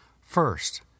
First